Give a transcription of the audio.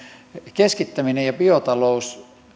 keskittäminen ja biotalous